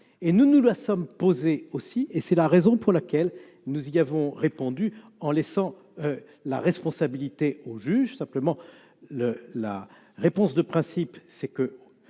et nous nous la sommes posée aussi, et c'est la raison pour laquelle, nous y avons répondu en laissant la responsabilité aux juges simplement le la réponse de principe, c'est que